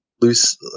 loose